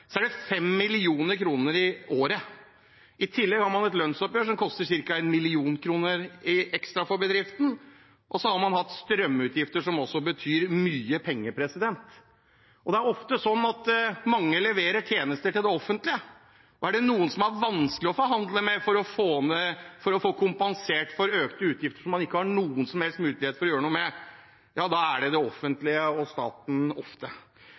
året. I tillegg har man et lønnsoppgjør som koster ca. 1 mill. kr ekstra for bedriften, og strømutgifter som også betyr mye penger. Mange leverer tjenester til det offentlige, og er det noen som det er vanskelig å forhandle med for å få kompensert for økte utgifter som man ikke har noen som helst mulighet til å gjøre noe med, er det ofte det offentlige og staten.